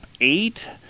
eight